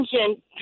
engine